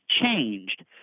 changed